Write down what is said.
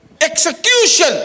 Execution